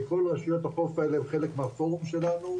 כל רשויות החוף האלה הן חלק מהפורום שלנו,